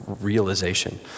realization